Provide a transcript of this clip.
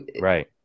right